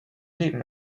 leben